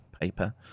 paper